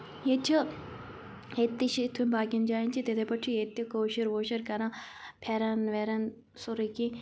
ییٚتہِ چھِ ییٚتہِ تہِ چھِ یِتھ پٲٹھۍ باقیَن جایَن چھِ تِتھَے پٲٹھۍ چھِ ییٚتہِ تہِ کٲشُر وٲشُر کَران پھٮ۪رَن وٮ۪رَن سورُے کینٛہہ